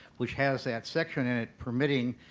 which has that section in it permitting